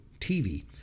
TV